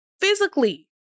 physically